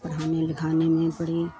पढ़ाने लिखाने में सभी बड़ी